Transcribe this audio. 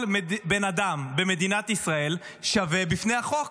כל בן אדם במדינת ישראל שווה בפני החוק.